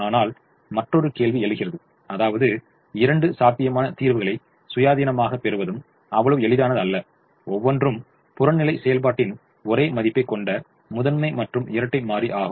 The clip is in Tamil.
ஆனால் மற்றொரு கேள்வி எழுகிறது அதாவது இரண்டு சாத்தியமான தீர்வுகளை சுயாதீனமாகப் பெறுவதும் அவ்வளவு எளிதானது அல்ல ஒவ்வொன்றும் புறநிலை செயல்பாட்டின் ஒரே மதிப்பைக் கொண்ட முதன்மை மற்றும் இரட்டை மாறி ஆகும்